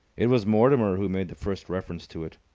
it was mortimer who made the first reference to it.